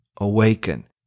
awaken